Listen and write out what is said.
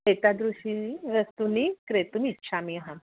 एतादृशानि वस्तूनि क्रेतुमिच्छामि अहम्